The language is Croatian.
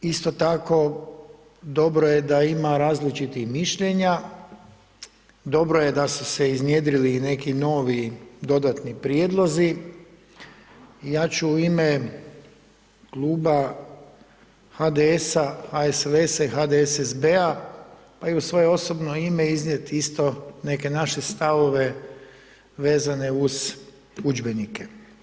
Isto tako, dobro je da ima različitih mišljenja, dobro je da su se iznjedrili i neki novi dodatni prijedlozi i ja ću u ime kluba HDS—HSLS-HDSSB-a, pa i u svoje osobno ime iznijeti isto neke naše stavove vezane uz udžbenike.